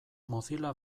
mozilla